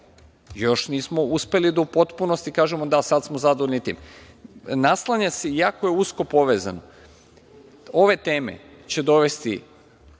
Još nismo uspeli da u potpunosti kažemo – da, sad smo zadovoljni tim. Naslanja se, jako je usko povezano, ove teme će dovesti